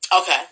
Okay